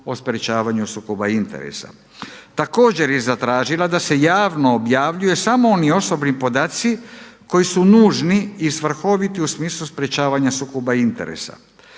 o sprečavanju sukoba interesa. Također je zatražila da se javno objavljuje samo oni osobni podaci koji su nužni i svrhoviti u smislu sprečavanja sukoba interesa.